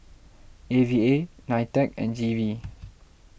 A V A Nitec and G V